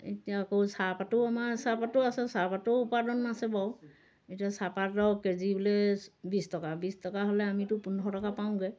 এতিয়া আকৌ চাহপাতো আমাৰ চাহপাতো আছে চাহপাতো উৎপাদন আছে বাৰু এতিয়া চাহপাতৰ কে জি বোলে বিছ টকা বিছ টকা হ'লে আমিতো পোন্ধৰ টকা পাওঁগৈ